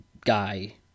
guy